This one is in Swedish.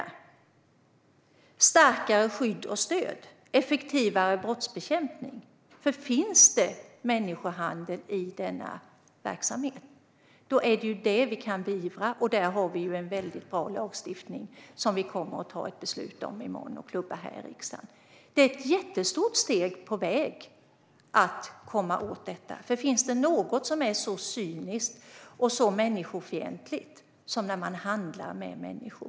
Man vill ha starkare skydd och stöd och effektivare brottsbekämpning, för finns det människohandel i denna verksamhet är det ju det vi kan beivra. Där har vi bra lagstiftning som vi kommer att fatta beslut om i morgon och klubba här i riksdagen. Det är ett jättestort steg på vägen mot att komma åt detta, för finns det något som är så cyniskt och så människofientligt som att handla med människor?